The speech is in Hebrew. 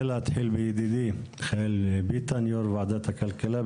יו"ר ועדת הכלכלה,